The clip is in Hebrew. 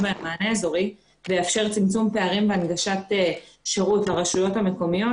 ולאפשר צמצום פערים בהנגשת שירות לרשויות המקומיות,